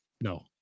No